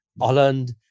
Holland